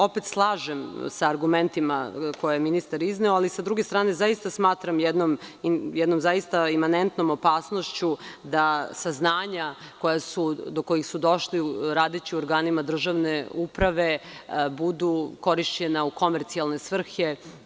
Opet se slažem sa argumentima koje je ministar izneo, ali, sa druge strane, zaista smatram jednom imanentnom opasnošću da saznanja do kojih su došli radeći u organima državne uprave budu korišćena u komercijalne svrhe.